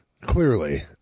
Clearly